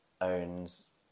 owns